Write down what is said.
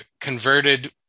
converted